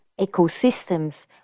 ecosystems